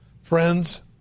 Friends